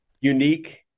unique